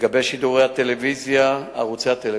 לגבי שידורי ערוצי הטלוויזיה,